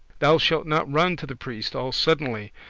thou shalt not run to the priest all suddenly,